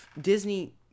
Disney